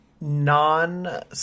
Non